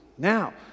Now